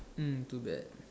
mm too bad